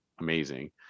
amazing